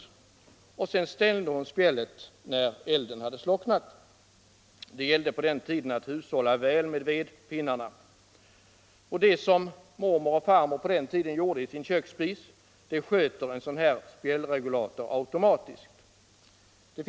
När elden hade slocknat stängde hon spjället. På den tiden gällde det att hushålla väl med vedpinnarna. Det som farmor och mormor på sin tid gjorde i sin köksspis sköter en sådan här spjällregulator automatiskt.